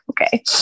okay